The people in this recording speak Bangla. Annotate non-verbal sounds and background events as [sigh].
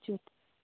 [unintelligible]